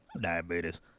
Diabetes